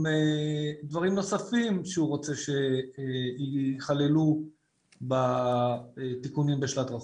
דברים נוספים שהוא רוצה שיכללו בתיקונים בשלט רחוק.